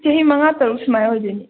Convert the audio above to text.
ꯆꯍꯤ ꯃꯉꯥ ꯇꯔꯨꯛ ꯁꯨꯃꯥꯏꯅ ꯑꯣꯏꯗꯣꯏꯅꯦ